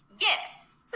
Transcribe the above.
Yes